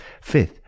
Fifth